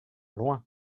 loin